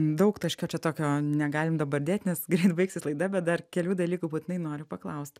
daugtaškio čia tokio negalim dabar dėt nes greit baigsis laida bet dar kelių dalykų būtinai noriu paklaust